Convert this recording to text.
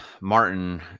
Martin